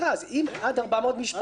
אם עד 400 משפחות,